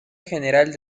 general